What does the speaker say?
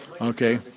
Okay